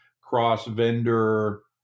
cross-vendor